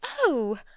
Oh